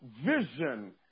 Vision